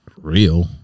real